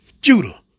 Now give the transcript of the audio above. Judah